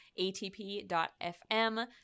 ATP.fm